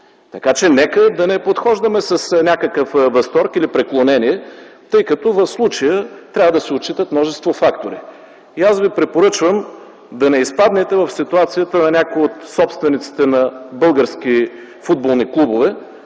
Така че нека да не подхождаме с някакъв възторг или преклонение, тъй като в случая трябва да се отчитат множество фактори. Аз Ви препоръчвам да не изпаднете в ситуацията на някои от собствениците на български футболни клубове,